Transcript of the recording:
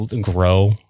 grow